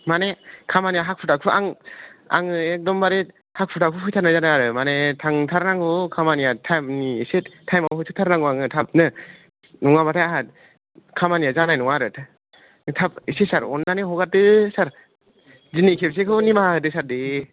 माने खामानिया हाखु दाखु आं आङो एखदमबारे हाखु दाखु फैथारनाय जादों आरो माने थांथारनांगौ खामानिया थाएमनि एसे थाएम आव होसो थारनांगौ आङो थाबनो नङाबाथाय आंहा खामानिया जानाय नङा आरो थाब एसे सार अननानै हगारदो सार दिनै खेबसेखौ निमाहा होदो सार दे